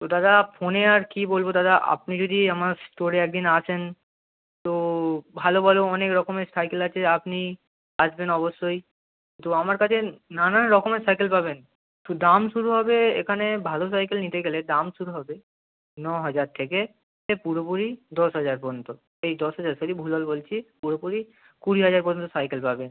তো দাদা ফোনে আর কী বলবো দাদা আপনি যদি আমার স্টোরে এক দিন আসেন তো ভালো ভালো অনেক রকমের সাইকেল আছে আপনি আসবেন অবশ্যই তো আমার কাছে নানান রকমের সাইকেল পাবেন তো দাম শুরু হবে এখানে ভালো সাইকেল নিতে গেলে দাম শুরু হবে ন হাজার থেকে এ পুরোপুরি দশ হাজার পর্যন্ত এই দশ হাজার সরি ভুল ভাল বলছি পুরোপুরি কুড়ি হাজার পর্যন্ত সাইকেল পাবেন